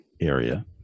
area